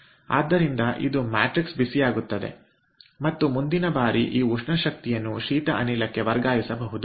ಆದ್ದರಿಂದ ಇದು ಮ್ಯಾಟ್ರಿಕ್ಸ್ ಬಿಸಿಯಾಗುತ್ತದೆ ಮತ್ತು ಮುಂದಿನ ಬಾರಿ ಈ ಉಷ್ಣ ಶಕ್ತಿಯನ್ನು ಶೀತ ಅನಿಲಕ್ಕೆ ವರ್ಗಾಯಿಸಬಹುದು